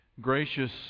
Gracious